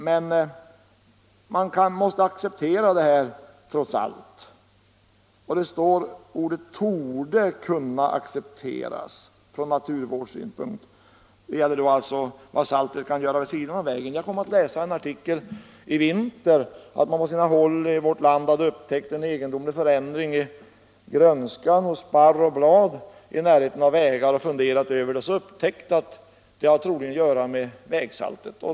Uppgiftslämnaren anser vidare att saltningen torde kunna accepteras från naturvårdssynpunkt. Jag läste nyligen en artikel, där det stod att man på sina håll i vårt land hade konstaterat en egendomlig förändring i grönskan hos barr och blad i närheten av vägar och funderat över det, och så hade man upptäckt att det troligen har att göra med vägsaltet.